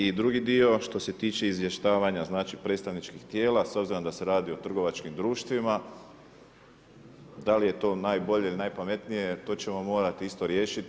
I drugi dio što se tiče izvještavanja, znači predstavničkih tijela, s obzirom da se radi o trgovačkim društvima da li je to najbolje ili najpametnije to ćemo morati isto riješiti.